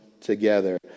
together